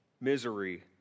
misery